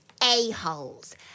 a-holes